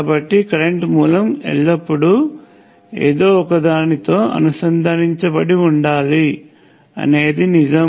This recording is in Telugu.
కాబట్టి కరెంట్ మూలం ఎల్లప్పుడూ ఏదో ఒకదానితో అనుసంధానించబడి ఉండాలి అనేది నిజం